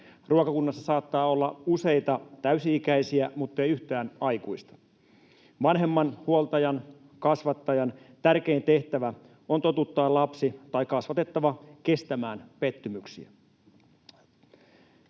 Ruokakunnassa saattaa olla useita täysi-ikäisiä muttei yhtään aikuista. Vanhemman, huoltajan, kasvattajan tärkein tehtävä on totuttaa lapsi, tai kasvatettava, kestämään pettymyksiä